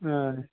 हय